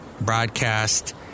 broadcast